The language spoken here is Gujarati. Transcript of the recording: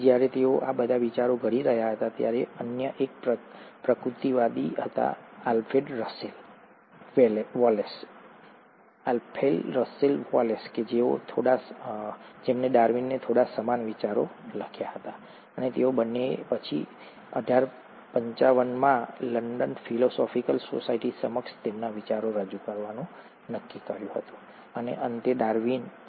તેથી જ્યારે તેઓ આ બધા વિચારો ઘડી રહ્યા હતા ત્યારે અન્ય એક પ્રકૃતિવાદી હતા આલ્ફ્રેડ રસેલ વોલેસ જેમણે ડાર્વિનને થોડા સમાન વિચારો લખ્યા હતા અને તે બંનેએ પછી અઢાર પંચાવનમાં લંડન ફિલોસોફિકલ સોસાયટી સમક્ષ તેમના વિચારો રજૂ કરવાનું નક્કી કર્યું હતું અને અંતે ડાર્વિન